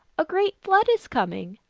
a great flood is coming.